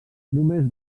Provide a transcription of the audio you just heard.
només